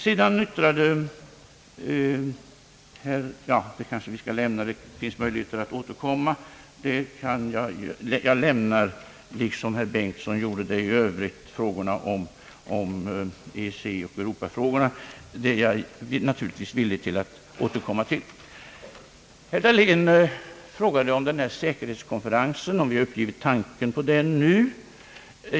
Jag går i detta sammanhang, i likhet med herr Benstson, förbi EEC och europafrågorna, men är naturligtvis villig att återkomma till dem senare. Herr Dahlén frågade om vi har uppgivit tanken på en säkerhetskonferens.